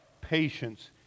patience